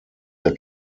der